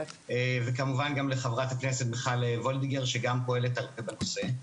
כמובן גם לחברת הכנסת מיכל וולדיגר שגם פועלת הרבה בנושא.